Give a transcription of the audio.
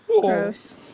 Gross